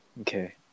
Okay